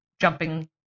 jumping